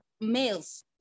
males